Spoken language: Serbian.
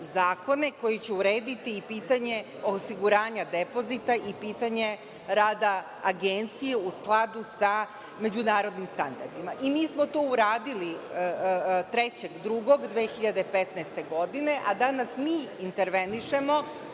koji će urediti i pitanje osiguranja depozita i pitanje rada Agencije, u skladu sa međunarodnim standardima. Mi smo to uradili 3. februara 2015. godine, a danas mi intervenišemo